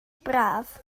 braf